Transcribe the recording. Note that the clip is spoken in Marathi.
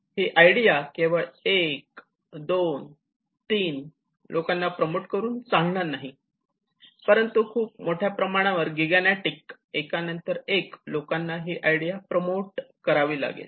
ही आयडिया केवळ एक दोन तीन लोकांना प्रमोट करून चालणार नाही परंतु खूप मोठ्या प्रमाणावर गिगा नॉटिक एकानंतर एक लोकांना ही आयडिया प्रमोट करावी लागेल